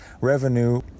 revenue